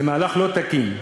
זה מהלך לא תקין.